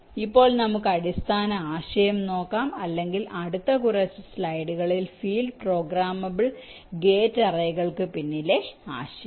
ഇപ്പോൾ നമുക്ക് അടിസ്ഥാന ആശയം നോക്കാം അല്ലെങ്കിൽ അടുത്ത കുറച്ച് സ്ലൈഡുകളിൽ ഫീൽഡ് പ്രോഗ്രാമ്ബിൾ ഗേറ്റ് അറേകൾക്കു പിന്നിലെ ആശയം